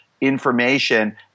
information